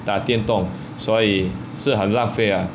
打电动所以是很浪费啊